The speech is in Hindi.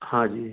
हाँ जी